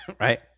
Right